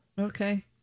Okay